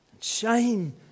Shame